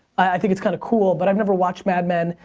i think it's kind of cool. but i've never watched mad men,